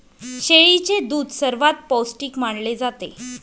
शेळीचे दूध सर्वात पौष्टिक मानले जाते